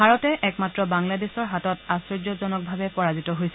ভাৰতে একমাত্ৰ বাংলাদেশৰ হাতত আধ্ব্যজনকভাৱে পৰাজিত হৈছিল